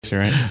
right